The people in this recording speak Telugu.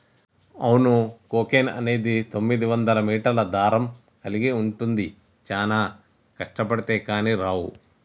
అవును కోకెన్ అనేది తొమ్మిదివందల మీటర్ల దారం కలిగి ఉంటుంది చానా కష్టబడితే కానీ రావు